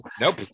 Nope